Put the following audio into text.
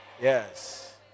Yes